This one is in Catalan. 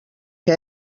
que